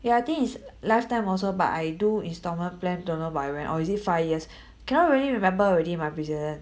ya I think it's lifetime also but I do installment plan 对吗 or is it five years cannot really remember already my brazillian